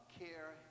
care